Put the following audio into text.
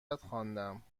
خواندم